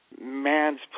man's